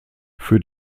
für